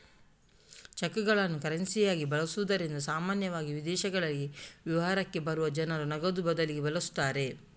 ಚೆಕ್ಗಳನ್ನು ಕರೆನ್ಸಿಯಾಗಿ ಬಳಸುತ್ತಿದ್ದುದರಿಂದ ಸಾಮಾನ್ಯವಾಗಿ ವಿದೇಶಗಳಲ್ಲಿ ವಿಹಾರಕ್ಕೆ ಬರುವ ಜನರು ನಗದು ಬದಲಿಗೆ ಬಳಸುತ್ತಾರೆ